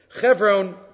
Chevron